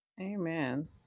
amen